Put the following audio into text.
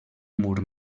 mur